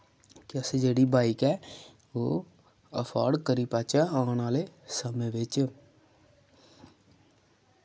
कि अस जेह्ड़ी बाइक ऐ ओह् अफोर्ड करी पाचै औन आह्ले समें बिच्च